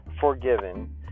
forgiven